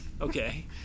Okay